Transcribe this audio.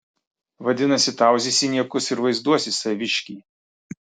vadinasi tauzysi niekus ir vaizduosi saviškį